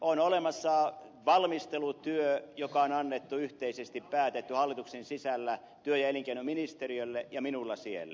on olemassa valmistelutyö joka on annettu yhteisesti päätetty hallituksen sisällä työ ja elinkeinoministeriölle ja minulle siellä